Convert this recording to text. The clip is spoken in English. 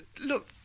Look